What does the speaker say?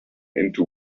into